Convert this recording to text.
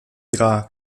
rar